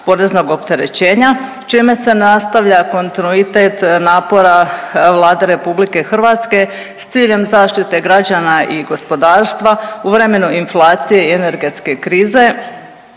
poreznog opterećenja čime se nastavlja kontinuitet napora Vlade RH s ciljem zaštite građana i gospodarstva u vremenu inflacije i energetske krize,